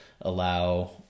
allow